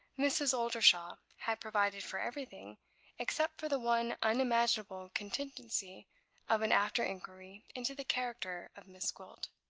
mrs. oldershaw had provided for everything except for the one unimaginable contingency of an after-inquiry into the character of miss gwilt.